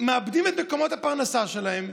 מאבדים את מקומות הפרנסה שלהם,